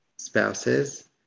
spouses